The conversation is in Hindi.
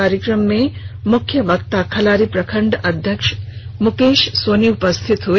कार्यक्रम में मुख्य वक्ता खलारी प्रखंड अध्यक्ष मुकेश सोनी उपस्थित हुए